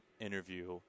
interview